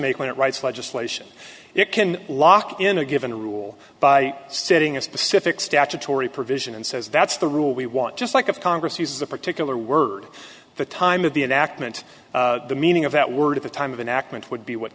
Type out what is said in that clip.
make when it writes legislation it can lock in a given rule by setting a specific statutory provision and says that's the rule we want just like of congress uses a particular word the time of the enactment the meaning of that word at the time of an act meant would be what